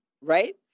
Right